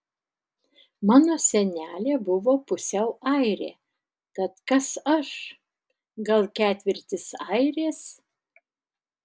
mano senelė buvo pusiau airė tad kas aš gal ketvirtis airės